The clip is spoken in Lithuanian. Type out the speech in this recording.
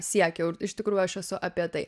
siekiau ir iš tikrųjų aš esu apie tai